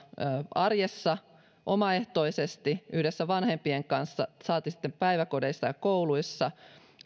arjessa omaehtoisesti yhdessä vanhempien kanssa saati sitten päiväkodeissa ja kouluissa